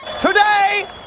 Today